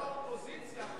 אבל הנושא הוא לא האופוזיציה,